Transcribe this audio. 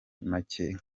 makeya